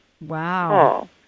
Wow